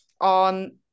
on